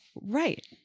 right